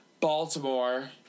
Baltimore